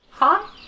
Hi